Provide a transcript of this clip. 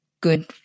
good